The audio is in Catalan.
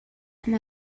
amb